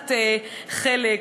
לקחת חלק,